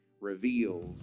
reveals